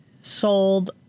sold